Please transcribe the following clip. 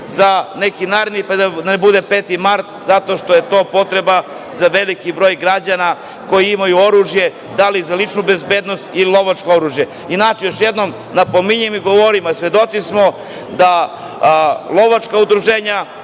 za neki naredni period, da ne bude 5. mart, zato što je to potreba za veliki broj građana koji imaju oružje, da li za ličnu bezbednost i lovačko oružje? Inače, još jednom napominjem i govorim, svedoci smo da lovačka udruženja,